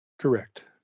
Correct